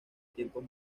tiempos